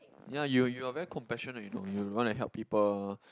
ya you're you're very compassion do you know you'll want to help people